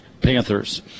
Panthers